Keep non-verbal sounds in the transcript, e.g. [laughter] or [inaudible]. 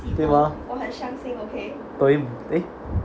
对吗 [noise] eh